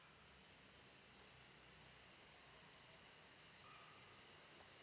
uh